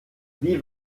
wie